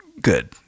good